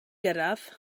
gyrraedd